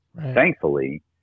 thankfully